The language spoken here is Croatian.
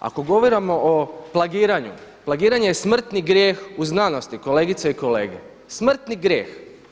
Ako govorimo o plagiranju, plagiranje je smrtni grijeh u znanosti kolegice i kolege smrtni grijeh.